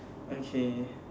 okay